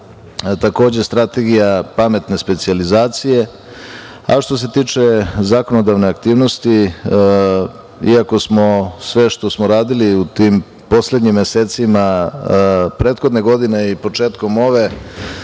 Takođe Strategija „pametne specijalizacije“.Što se tiče zakonodavne aktivnosti, iako smo sve što smo radili u tim poslednjim mesecima prethodne godine i početkom ove,